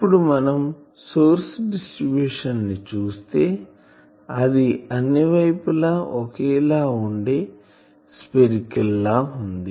ఇప్పుడు మనం సోర్స్ డిస్ట్రిబ్యూషన్ని చూస్తే అది అన్ని వైపులా ఒకే లా వుండే స్పెరికల్ లా వుంది